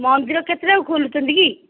ମନ୍ଦିର କେତେଟା ବେଳକୁ ଖୋଲୁଛନ୍ତି କି